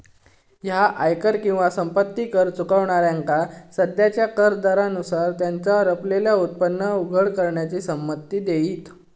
ह्या आयकर किंवा संपत्ती कर चुकवणाऱ्यांका सध्याच्या कर दरांनुसार त्यांचा लपलेला उत्पन्न उघड करण्याची संमती देईत